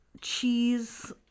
cheese